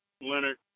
Leonard